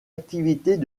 activités